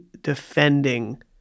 defending